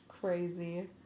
Crazy